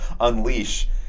unleash